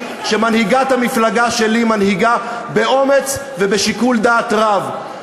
שמנהיגת המפלגה שלי מנהיגה באומץ ובשיקול דעת רב.